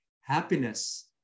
happiness